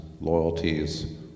loyalties